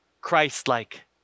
Christ-like